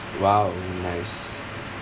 !wow! nice